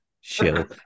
shill